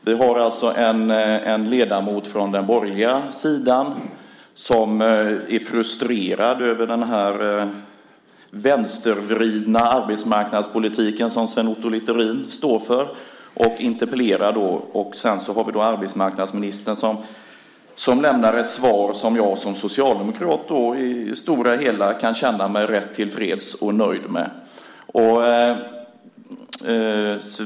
Vi har alltså en ledamot från den borgerliga sidan som är frustrerad över den vänstervridna arbetsmarknadspolitik som Sven Otto Littorin står för och därför interpellerar. Sedan har vi arbetsmarknadsministern som lämnar ett svar som jag som socialdemokrat i det stora hela kan känna mig rätt tillfreds och nöjd med.